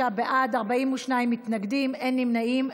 25 בעד, 42 מתנגדים, אין נמנעים.